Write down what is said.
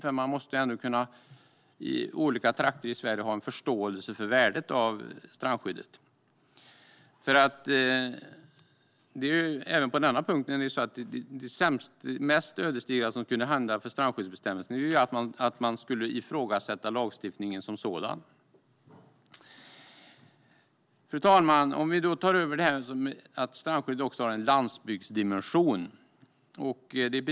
I olika trakter i Sverige måste man ändå kunna ha en förståelse för värdet av strandskyddet. Det mest ödesdigra som kan hända för strandskyddsbestämmelserna är att man skulle ifrågasätta lagstiftningen som sådan. Fru talman! Strandskyddet har en landsbygdsdimension.